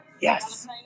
Yes